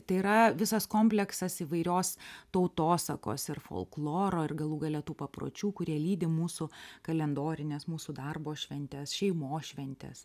tai yra visas kompleksas įvairios tautosakos ir folkloro ir galų gale tų papročių kurie lydi mūsų kalendorines mūsų darbo šventes šeimos šventes